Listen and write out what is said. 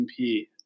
MP